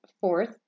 fourth